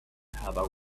have